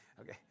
okay